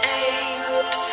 aimed